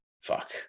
fuck